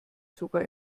sogar